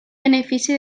benefici